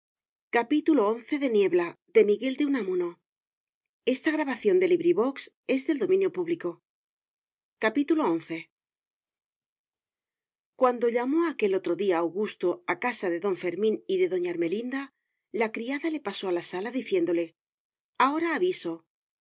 cuando llamó aquel otro día augusto a casa de don fermín y doña ermelinda la criada le pasó a la sala diciéndole ahora aviso